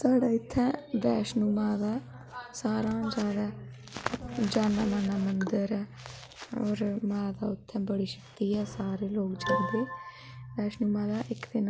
साढ़े इत्थें अगर कोई त्योहार होन ते जादातर लोग अपनै न डोगरे जेह्डे रुट्टी खंदे उऐ बनांदे